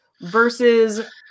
versus